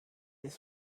this